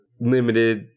limited